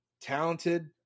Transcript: talented